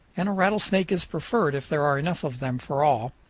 and a rattlesnake is preferred if there are enough of them for all.